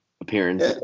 appearance